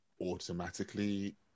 automatically